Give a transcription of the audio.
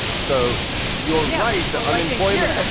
so you're right, the unemployment.